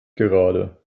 gerade